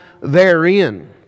therein